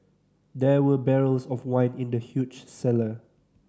there were barrels of wine in the huge cellar